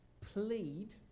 plead